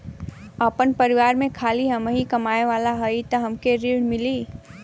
आपन परिवार में खाली हमहीं कमाये वाला हई तह हमके ऋण मिली?